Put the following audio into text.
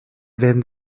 werden